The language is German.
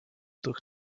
durch